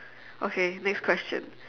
okay next question